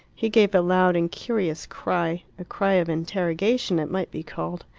he gave a loud and curious cry a cry of interrogation it might be called.